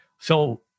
So-